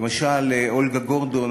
למשל אולגה גורדון,